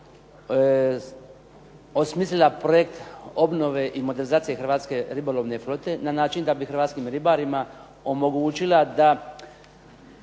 osmislila projekt obnove i modernizacije hrvatske ribolovne flote na način da bi hrvatskim ribarima omogućila da